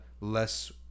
less